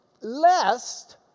lest